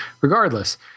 Regardless